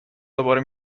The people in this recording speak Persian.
دوباره